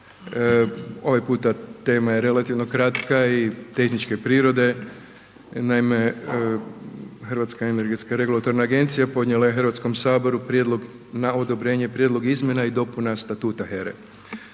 Ovaj puta tema je relativno kratka i tehničke prirode, naime Hrvatska energetska regulatorna agencija podnijela je Hrvatskom saboru prijedlog na odobrenje prijedlog izmjena i dopuna Statuta HERE.